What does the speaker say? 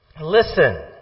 Listen